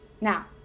now